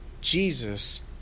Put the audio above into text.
Jesus